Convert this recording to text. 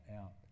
out